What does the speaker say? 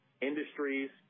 industries